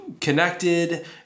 connected